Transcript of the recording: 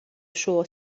შუა